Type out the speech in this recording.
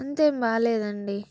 అంతేం బాగాలేదండి